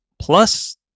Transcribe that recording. plus